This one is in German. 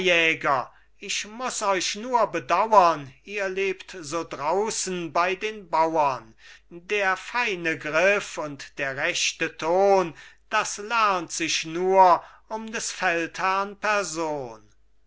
ich muß euch nur bedauern ihr lebt so draußen bei den bauern der feine griff und der rechte ton das lernt sich nur um des feldherrn person